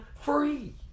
free